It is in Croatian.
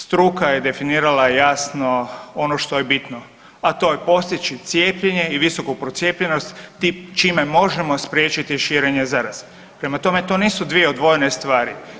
Struka je definirala jasno ono što je bitno, a to je postići cijepljenje i visoku procijepljenost čime možemo spriječiti širenje zaraze, prema tome to nisu dvije odvojene stvari.